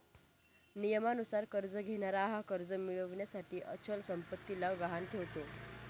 नियमानुसार कर्ज घेणारा हा कर्ज मिळविण्यासाठी अचल संपत्तीला गहाण ठेवतो